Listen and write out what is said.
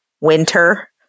winter